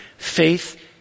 Faith